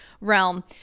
realm